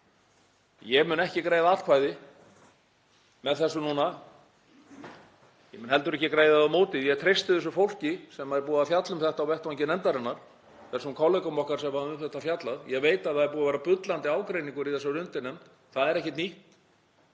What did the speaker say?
Ég mun ekki greiða atkvæði með þessu núna. Ég mun heldur ekki greiða atkvæði á móti því. Ég treysti þessu fólki sem er búið að fjalla um þetta á vettvangi nefndarinnar, þessum kollegum okkar sem hafa um þetta fjallað. Ég veit að það er búið að vera bullandi ágreiningur í þessari undirnefnd. Það er ekkert nýtt.